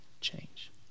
change